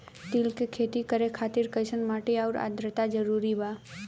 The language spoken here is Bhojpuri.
तिल के खेती करे खातिर कइसन माटी आउर आद्रता जरूरी बा?